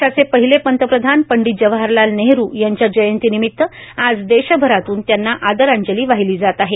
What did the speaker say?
देशाचे पहिले पंतप्रधान पंडीत जवाहरलाल नेहरु यांच्या जयंतीनिमित्त आज देशभरातून त्यांना आदरांजली वाहिली जात आहे